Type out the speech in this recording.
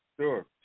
Sure